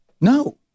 No